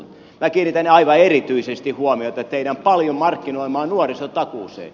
minä kiinnitän aivan erityisesti huomiota teidän paljon markkinoimaanne nuorisotakuuseen